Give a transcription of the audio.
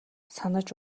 санаж